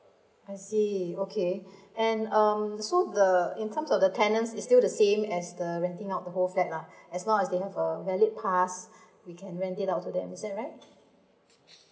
I see okay and um so the in terms of the tenants is still the same as the renting out the whole flat lah as long as they have a valid pass we can rent it out to them is that right